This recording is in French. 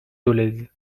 dolez